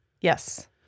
Yes